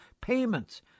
payments